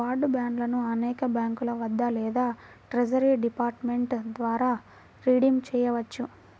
war బాండ్లను అనేక బ్యాంకుల వద్ద లేదా ట్రెజరీ డిపార్ట్మెంట్ ద్వారా రిడీమ్ చేయవచ్చు